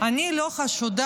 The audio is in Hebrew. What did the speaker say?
אני לא חשודה